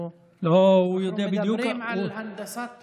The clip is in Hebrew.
אנחנו מדברים על הנדסת תודעה.